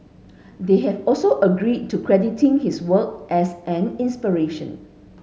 they have also agreed to crediting his work as an inspiration